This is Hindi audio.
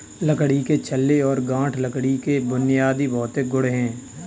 लकड़ी के छल्ले और गांठ लकड़ी के बुनियादी भौतिक गुण हैं